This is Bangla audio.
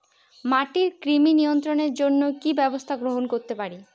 মাটির কৃমি নিয়ন্ত্রণের জন্য কি কি ব্যবস্থা গ্রহণ করতে পারি?